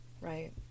Right